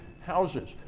houses